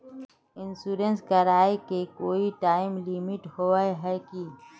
Insurance कराए के कोई टाइम लिमिट होय है की?